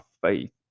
faith